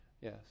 Yes